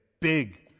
big